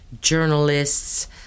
journalists